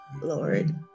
Lord